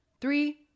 Three